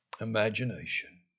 imagination